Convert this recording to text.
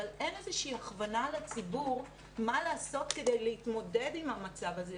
אבל אין איזושהי הכוונה לציבור מה לעשות כדי להתמודד עם המצב הזה,